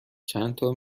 چندتا